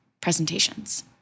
presentations